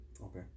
Okay